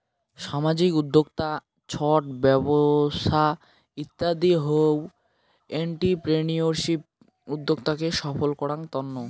সামাজিক উদ্যক্তা, ছট ব্যবছা ইত্যাদি হউ এন্ট্রিপ্রেনিউরশিপ উদ্যোক্তাকে সফল করাঙ তন্ন